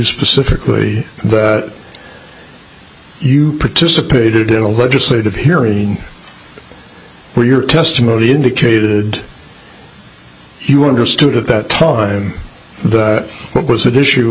specifically but you participated in a legislative hearing where your testimony indicated you understood at that time that what was that issue